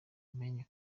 menye